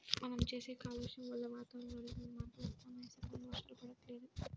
మనం చేసే కాలుష్యం వల్ల వాతావరణంలో అనేకమైన మార్పులు వత్తన్నాయి, సకాలంలో వర్షాలు పడతల్లేదు